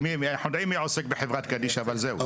ידידי